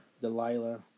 Delilah